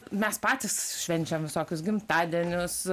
mes patys švenčiam visokius gimtadienius